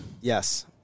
Yes